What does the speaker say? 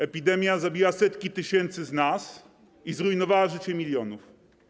Epidemia zabiła setki tysięcy z nas i zrujnowała życie milionom.